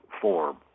form